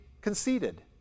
conceded